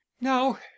now